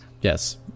Yes